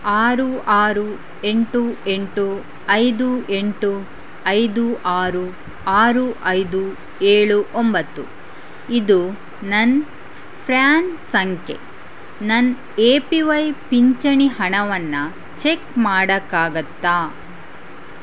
ಆರು ಆರು ಎಂಟು ಎಂಟು ಐದು ಎಂಟು ಐದು ಆರು ಆರು ಐದು ಏಳು ಒಂಬತ್ತು ಇದು ನನ್ನ ಫ್ರ್ಯಾನ್ ಸಂಖ್ಯೆ ನನ್ನ ಎ ಪಿ ವೈ ಪಿಂಚಣಿ ಹಣವನ್ನು ಚೆಕ್ ಮಾಡೋಕ್ಕಾಗುತ್ತಾ